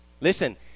listen